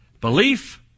Belief